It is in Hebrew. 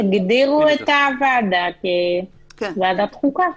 הם הגדירו את הוועדה כוועדת החוקה.